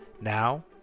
Now